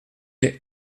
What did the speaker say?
n’ai